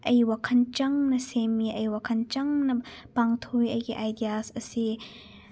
ꯑꯩ ꯋꯥꯈꯜ ꯆꯪꯅ ꯁꯦꯝꯃꯤ ꯑꯩ ꯋꯥꯈꯜ ꯆꯪꯅ ꯄꯥꯡꯊꯣꯛꯏ ꯑꯩꯒꯤ ꯑꯥꯏꯗꯤꯌꯥꯁ ꯑꯁꯤ